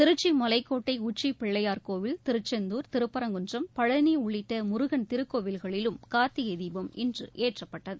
திருச்சி மலைக்கோட்டை உச்சி பிள்ளையார்கோவில் திருச்செந்தூர் திருப்பரங்குன்றம் பழனி உள்ளிட்ட முருகன் திருக்கோவில்களிலும் ஊ்த்திகை தீபம் இன்று ஏற்றப்பட்டது